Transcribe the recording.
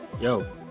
Yo